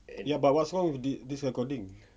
ya but what's wrong with this this recording